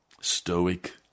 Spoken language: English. stoic